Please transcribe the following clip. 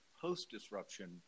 post-disruption